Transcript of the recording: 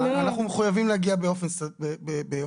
אנחנו מחויבים להגיע באופן סביר